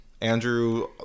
Andrew